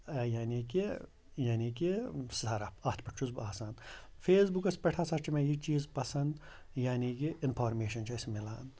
یعنی کہِ یعنی کہِ سَرَف اَتھ پٮ۪ٹھ چھُس بہٕ آسان فیسبُکَس پٮ۪ٹھ ہسا چھِ مےٚ یہِ چیٖز پَسَنٛد یعنی کہِ اِنفارمیشَن چھِ اَسہِ میلان